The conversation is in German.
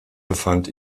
befand